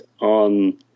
on